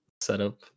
setup